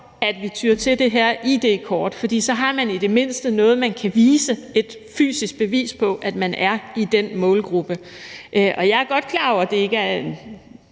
at vi tyer til det her id-kort, for så har man i det mindste noget, man kan vise, altså et fysisk bevis på, at man er i den målgruppe. Jeg er godt klar over, at det ikke bare